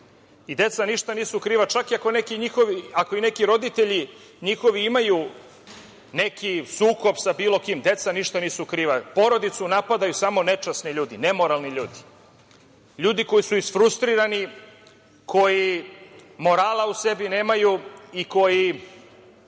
i deca ništa nisu kriva. Čak i ako roditelji njihovi imaju neki sukob da bilo kim, deca ništa nisu kriva. Porodicu napadaju samo nečasni ljudi, nemoralni ljudi, ljudi koji su isfrustrirani, koji morala u sebi nemaju i koji